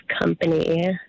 company